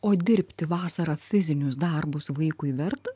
o dirbti vasarą fizinius darbus vaikui verta